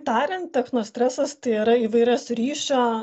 tariant techno stresas tai yra įvairios ryšio